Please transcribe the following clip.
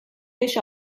beş